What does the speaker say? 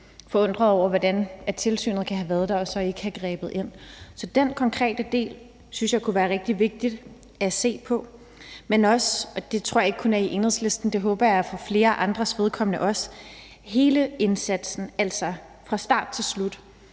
forundret over, hvordan tilsynet kan have været der og så ikke have grebet ind. Så den konkrete del synes jeg kunne være rigtig vigtig at se på. Men det gælder også, og det tror jeg ikke kun er Enhedslisten – det håber jeg også gælder for flere andres vedkommende – hele indsatsen, altså fra start til slut,